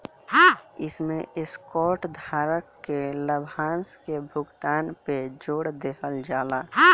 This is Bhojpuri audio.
इमें स्टॉक धारक के लाभांश के भुगतान पे जोर देहल जाला